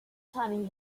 time